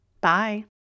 Bye